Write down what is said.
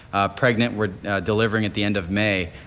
pregnant were delivering at the end of may.